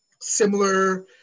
similar